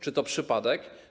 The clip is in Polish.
Czy to przypadek?